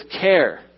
care